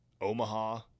Omaha